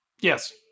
Yes